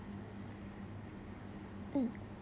mm